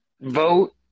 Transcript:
vote